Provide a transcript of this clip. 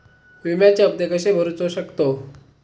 विम्याचे हप्ते कसे भरूचो शकतो?